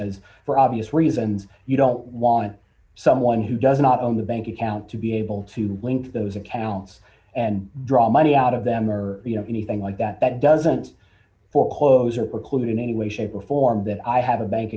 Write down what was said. as for obvious reasons you don't want someone who does not own the bank account to be able to link those accounts and draw money out of them or anything like that that doesn't foreclose or preclude in any way shape or form that i have a bank